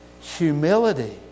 humility